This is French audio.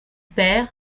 père